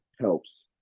helps